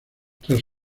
tras